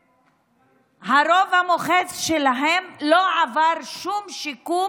והרוב המוחץ שלהם לא עברו שום שיקום